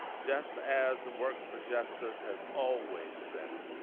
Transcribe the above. just as work for justice has always been.